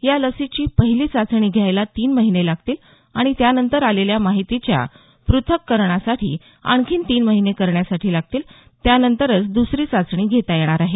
या लसीची पहिली चाचणी घ्यायला तीन महिने लागतील आणि त्यानंतर आलेल्या माहितीच्या प्रथक्करणासाठी आणखी तीन महिने करण्यासाठी लागतील त्यानंतरच दुसरी चाचणी घेता येणार आहे